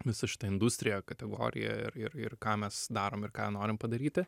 visa šita industrija kategorija ir ir ir ką mes darom ir ką norim padaryti